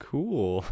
Cool